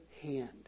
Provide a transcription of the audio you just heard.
hand